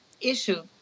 issue